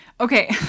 Okay